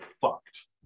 fucked